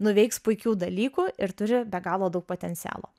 nuveiks puikių dalykų ir turi be galo daug potencialo